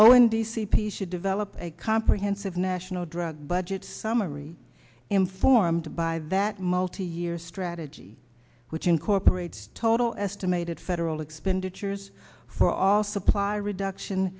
all in the c p should develop a comprehensive national drug budget summary informed by that multi year strategy which incorporates total estimated federal expenditures for all supply reduction